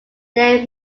they